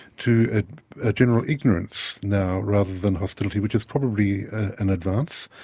to a general ignorance now, rather than hostility, which is probably an advance.